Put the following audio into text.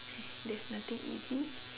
there's nothing easy